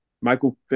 Michael